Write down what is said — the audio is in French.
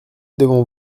devant